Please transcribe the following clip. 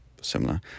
similar